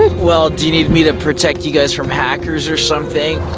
well, do you need me to protect you guys from hackers, or something?